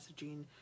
messaging